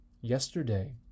Yesterday